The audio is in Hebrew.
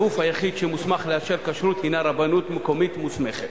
הגוף היחיד שמוסמך לאשר כשרות הינו רבנות מקומית מוסמכת.